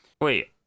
wait